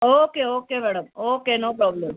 okay okay madam okay no problem